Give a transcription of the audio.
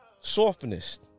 softness